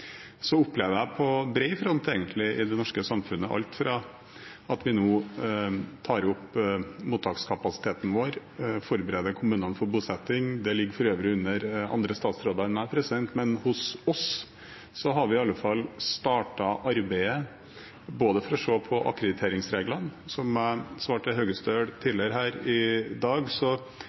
opplever at vi nå på brei front i det norske samfunnet tar opp mottakskapasiteten vår og forbereder kommunene for bosetting. Det ligger for øvrig under andre statsråder enn meg, men hos oss har vi i alle fall startet arbeidet med å se på akkrediteringsreglene. Som jeg svarte Høgestøl tidligere i dag,